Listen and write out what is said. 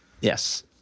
Yes